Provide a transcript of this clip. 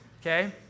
okay